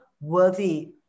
worthy